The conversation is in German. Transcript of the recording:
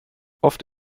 oft